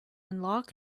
unlock